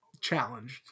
challenged